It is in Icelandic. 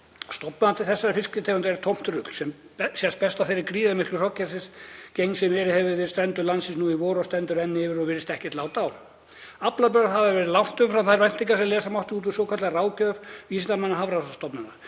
Stofnstærð þessarar fisktegundar er tómt rugl, sem sést best á þeirri gríðarmiklu hrognkelsisgengd sem verið hefur við strendur landsins nú í vor og stendur enn yfir og virðist ekkert lát á. Aflabrögð hafa verið langt umfram þær væntingar sem lesa mátti út úr svokallaðri ráðgjöf vísindamanna Hafrannsóknastofnunar.